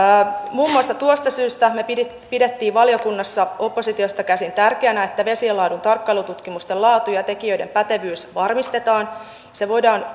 muun muassa tuosta syystä me pidimme valiokunnassa oppositiosta käsin tärkeänä että vesien laadun tarkkailututkimusten laatu ja tekijöiden pätevyys varmistetaan se voidaan